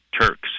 Turks